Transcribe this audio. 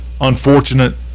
unfortunate